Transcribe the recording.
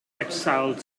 exiled